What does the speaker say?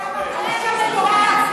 אתה מטעה את המליאה.